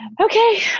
okay